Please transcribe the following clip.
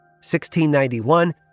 1691